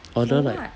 order like